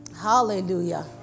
Hallelujah